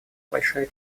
большая